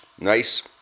Nice